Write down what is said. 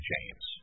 James